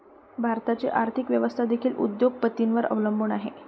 भारताची आर्थिक व्यवस्था देखील उद्योग पतींवर अवलंबून आहे